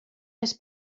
més